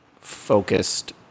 focused